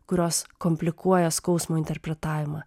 kurios komplikuoja skausmo interpretavimą